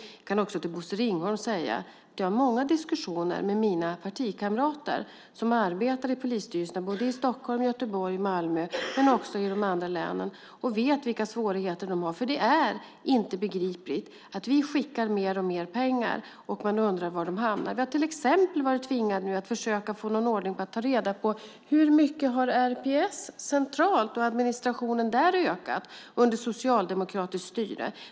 Jag kan också till Bosse Ringholm säga att jag har haft många diskussioner med mina partikamrater i polisstyrelserna i Stockholm, Göteborg och Malmö och även i de andra länen. Jag vet vilka svårigheter de har. De är inte begripligt att vi skickar mer och mer pengar när man undrar var de hamnar. Vi har till exempel varit tvingade att försöka få någon ordning för att ta reda på hur mycket RPS centralt och administrationen där har ökat under socialdemokratiskt styre.